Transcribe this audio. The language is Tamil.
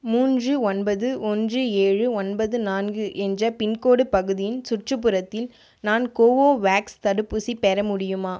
மூன்று ஒன்பது ஒன்று ஏழு ஒன்பது நான்கு என்ற பின்கோட் பகுதியின் சுற்றுப்புறத்தில் நான் கோவோவேக்ஸ் தடுப்பூசி பெற முடியுமா